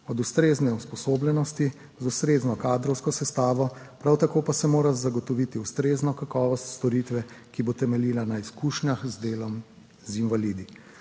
od ustrezne usposobljenosti z ustrezno kadrovsko sestavo, prav tako pa se mora zagotoviti ustrezno kakovost storitve, ki bo temeljila na izkušnjah z delom z invalidi,